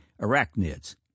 arachnids